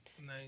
Nice